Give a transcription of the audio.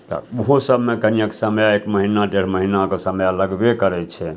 तऽ ओहोसबमे कनिए समय एक महिना डेढ़ महिनाके समय लगबे करै छै